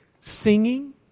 Singing